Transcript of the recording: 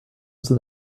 sind